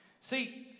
See